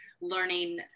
learning